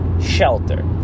shelter